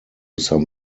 some